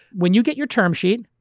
when you get your term sheet,